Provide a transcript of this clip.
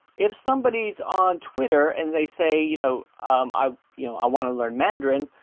if somebody's on twitter and they say you know i you know i want to learn mandarin,